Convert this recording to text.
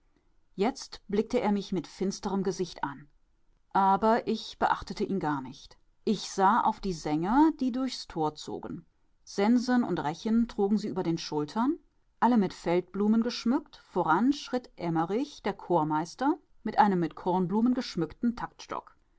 jetzt blickte er mich mit finsterem gesicht an aber ich beachtete ihn gar nicht ich sah auf die sänger die durchs tor zogen sensen und rechen trugen sie über die schultern alle mit feldblumen geschmückt voran schritt emmerich der chormeister mit einem mit kornblumen geschmückten taktstock